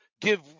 give